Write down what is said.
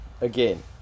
again